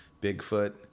Bigfoot